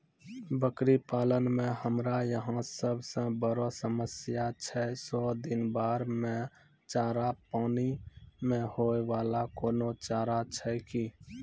बकरी पालन मे हमरा यहाँ सब से बड़ो समस्या छै सौ दिन बाढ़ मे चारा, पानी मे होय वाला कोनो चारा छै कि?